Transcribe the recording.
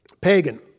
Pagan